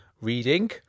reading